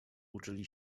uczyli